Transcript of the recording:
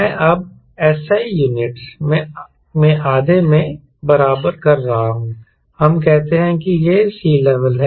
मैं अब SI units में आधे के बराबर कर रहा हूं हम कहते हैं कि यह सी लेवल है